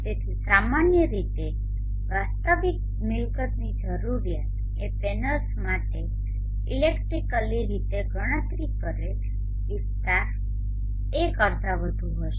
તેથી સામાન્ય રીતે વાસ્તવિક મિલકતની જરૂરિયાત એ પેનલ્સ માટે ઇલેક્ટ્રિકલી રીતે ગણતરી કરેલ વિસ્તાર A કરતાં વધુ હશે